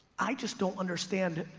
i just don't understand,